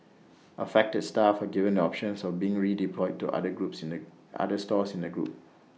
affected staff are given the options of being redeployed to other groups in the other stores in the group